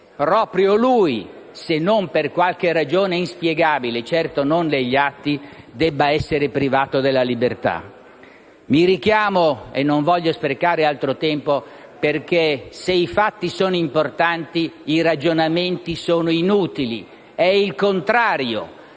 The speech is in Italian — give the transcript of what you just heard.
proprio lui, se non per qualche ragione inspiegabile, certo non negli atti, debba essere privato della libertà. Non voglio sprecare altro tempo perché, se i fatti sono importanti, i ragionamenti sono inutili. È il contrario: